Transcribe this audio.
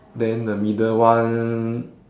then the middle one